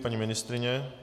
Paní ministryně?